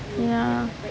ya